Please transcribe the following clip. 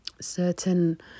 certain